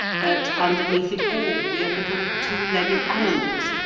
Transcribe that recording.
but underneath it all we are little two-legged animals,